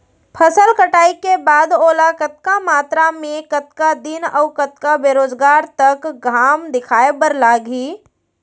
फसल कटाई के बाद ओला कतका मात्रा मे, कतका दिन अऊ कतका बेरोजगार तक घाम दिखाए बर लागही?